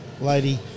lady